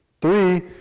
Three